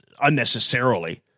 unnecessarily